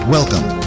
Welcome